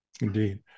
Indeed